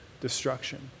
destruction